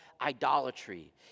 idolatry